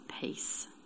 peace